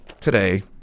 today